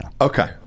Okay